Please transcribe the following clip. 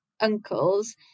uncles